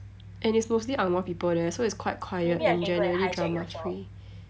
and it's mostly angmor people there so it's quite quiet and generally drama free